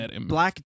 black